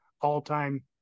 all-time